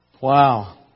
Wow